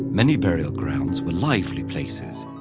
many burial grounds were lively places,